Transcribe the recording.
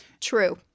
true